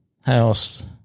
house